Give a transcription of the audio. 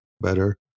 better